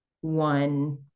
one